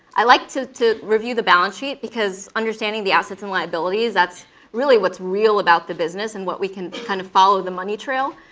i like to to review the balance sheet, because understanding the assets and liabilities, that's really whats real about the business and what we can kind of follow the money trail.